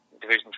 Division